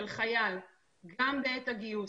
החיילים הבודדים,